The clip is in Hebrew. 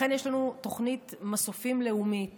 לכן יש לנו תוכנית מסופים לאומית